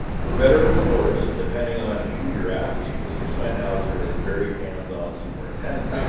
for better or for worse, and depending on who you're asking mr. steinhauser is a very hands on superintendent.